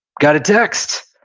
got a text.